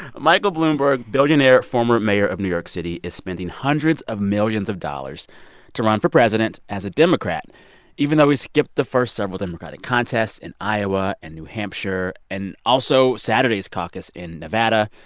michael bloomberg billionaire, former mayor of new york city is spending hundreds of millions of dollars to run for president as a democrat even though he skipped the first several democratic contests in iowa and new hampshire and also saturday's caucus in nevada.